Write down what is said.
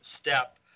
step